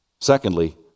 Secondly